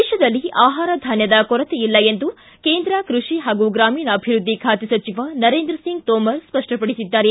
ದೇಶದಲ್ಲಿ ಆಹಾರ ಧಾನ್ಯದ ಕೊರತೆ ಇಲ್ಲ ಎಂದು ಕೇಂದ್ರ ಕೃಷಿ ಮತ್ತು ಗ್ರಾಮೀಣಾಭಿವೃದ್ದಿ ಖಾತೆ ಸಚಿವ ನರೇಂದ್ರ ಸಿಂಗ್ ತೋಮರ್ ಸ್ಪಷ್ಟಪಡಿಸಿದ್ದಾರೆ